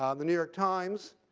um the new york times,